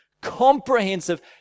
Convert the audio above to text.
comprehensive